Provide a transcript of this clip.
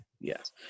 yes